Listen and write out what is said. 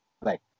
Right